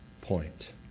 point